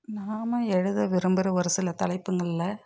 நாம் எழுத விரும்புகிற ஒரு சில தலைப்புங்களில்